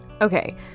okay